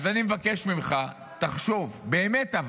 אז אני מבקש ממך: תחשוב, אבל באמת,